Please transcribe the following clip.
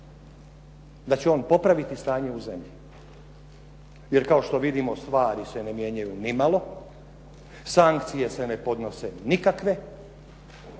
da će on popraviti stanje u zemlji. Jer kao što vidimo stvari se ne mijenjaju nimalo, sankcije se ne podnose nikakve,